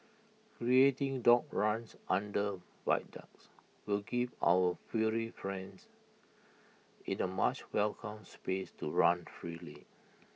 creating dog runs under viaducts will give our furry friends in A much welcome space to run freely